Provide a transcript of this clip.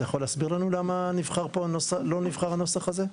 אתה יכול להסביר לנו למה לא נבחר הנוסח הזה?